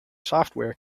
software